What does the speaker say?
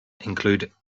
include